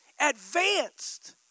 advanced